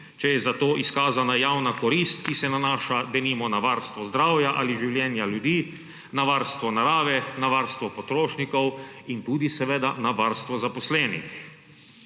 če je za to izkazana javna korist, ki se nanaša denimo na varstvo zdravja ali življenja ljudi, na varstvo narave, na varstvo potrošnikov in tudi seveda na varstvo zaposlenih.